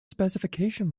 specification